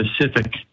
specific